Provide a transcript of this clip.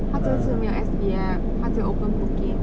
他这是没有 S_B_F 他只有 open booking